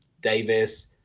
Davis